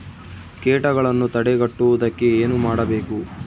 ಕೇಟಗಳನ್ನು ತಡೆಗಟ್ಟುವುದಕ್ಕೆ ಏನು ಮಾಡಬೇಕು?